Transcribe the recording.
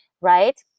right